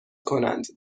کنند